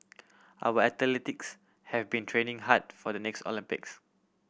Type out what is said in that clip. our athletes have been training hard for the next Olympics